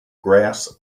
grass